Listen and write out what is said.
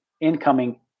incoming